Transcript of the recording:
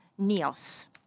neos